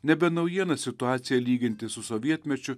nebe naujiena situaciją lyginti su sovietmečiu